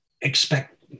expect